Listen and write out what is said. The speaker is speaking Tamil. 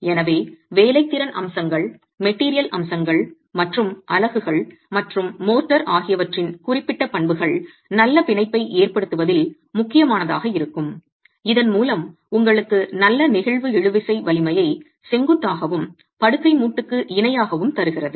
எனவே வேலைத்திறன் அம்சங்கள் மெட்டீரியல் அம்சங்கள் மற்றும் அலகுகள் மற்றும் மோட்டார் ஆகியவற்றின் குறிப்பிட்ட பண்புகள் நல்ல பிணைப்பை ஏற்படுத்துவதில் முக்கியமானதாக இருக்கும் இதன் மூலம் உங்களுக்கு நல்ல நெகிழ்வு இழுவிசை வலிமையை செங்குத்தாகவும் படுக்கை மூட்டுக்கு இணையாகவும் தருகிறது